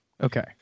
Okay